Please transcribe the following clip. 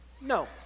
No